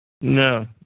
No